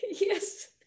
Yes